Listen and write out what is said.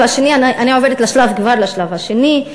אני עוברת כבר לשלב השני,